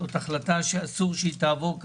זאת החלטה שאסור שתעבור.